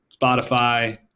Spotify